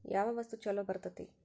ಯಾವ ವಸ್ತು ಛಲೋ ಬರ್ತೇತಿ?